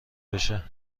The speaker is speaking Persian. بشه